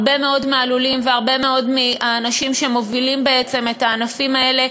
הרבה מאוד מהלולים והרבה מאוד מהאנשים שמובילים את הענפים האלה